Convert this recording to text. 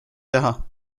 teha